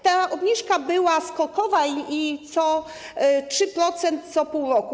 Ta obniżka była skokowa, co 3%, co pół roku.